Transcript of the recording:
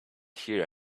hear